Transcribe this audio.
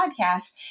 podcast